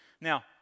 Now